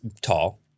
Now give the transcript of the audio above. tall